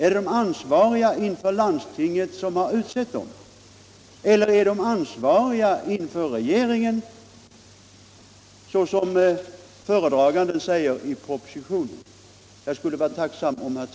Är de ansvariga inför landstinget som har utsett dem, eller är de ansvariga inför regeringen, såsom föredraganden säger i propositionen? Vem utkräver ansvar här?